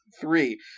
Three